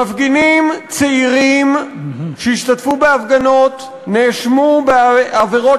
מפגינים צעירים שהשתתפו בהפגנות נאשמו בעבירות